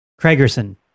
Craigerson